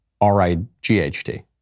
r-i-g-h-t